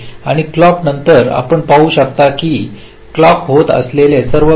या डीलेनंतर आपण पाहू शकता की हे डीले होत असल्याचे सर्वकाही